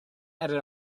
added